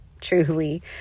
truly